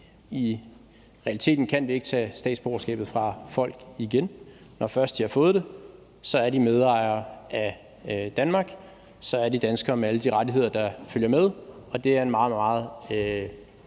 I realiteten kan vi ikke tage statsborgerskabet fra folk igen, for når først de har fået det, er de medejere af Danmark, så er de danskere med alle de rettigheder, der følger med, og det er en meget, meget